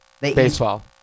Baseball